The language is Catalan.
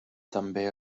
també